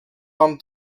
wam